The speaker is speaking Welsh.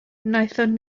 wnaethon